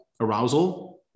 arousal